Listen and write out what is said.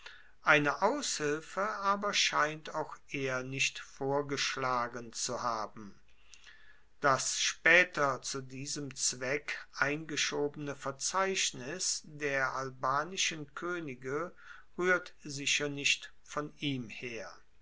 eine aushilfe aber scheint auch er nicht vorgeschlagen zu haben das spaeter zu diesem zweck eingeschobene verzeichnis der albanischen koenige ruehrt sicher nicht von ihm her